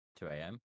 2AM